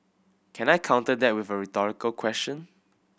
can I counter that with a rhetorical question